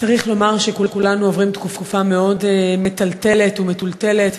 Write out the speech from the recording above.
צריך לומר שכולנו עוברים תקופה מאוד מטלטלת ומטולטלת,